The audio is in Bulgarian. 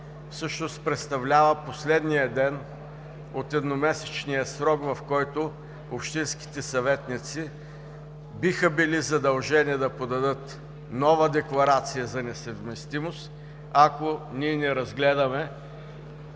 всъщност представлява последният ден от едномесечния срок, в който общинските съветници биха били задължени да подадат нова декларация за несъвместимост, ако ние не разгледаме